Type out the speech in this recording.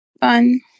fun